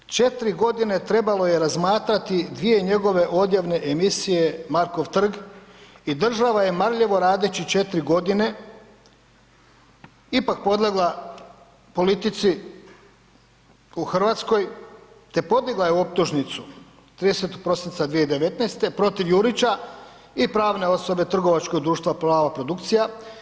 4 g. trebalo je razmatrati dvije njegove odjavne emisije „Marko trg“ i država je marljivo radeći 4 g. ipak podlegla politici u Hrvatskoj te podigla je optužnicu 30. prosinca 2019. protiv Jurića i pravne osobe trgovačkog društva Plava produkcija.